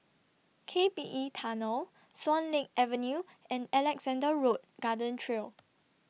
K P E Tunnel Swan Lake Avenue and Alexandra Road Garden Trail